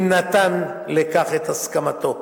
אם נתן לכך את הסכמתו.